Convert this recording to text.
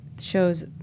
shows